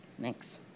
Thanks